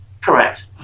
Correct